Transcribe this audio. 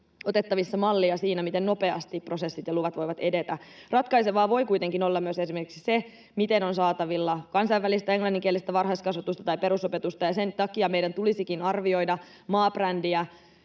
otettavissa mallia siinä, miten nopeasti prosessit ja luvat voivat edetä. Ratkaisevaa voi kuitenkin olla myös esimerkiksi se, miten on saatavilla kansainvälistä, englanninkielistä varhaiskasvatusta tai perusopetusta, ja sen takia meidän tulisikin arvioida maabrändiä